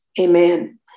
Amen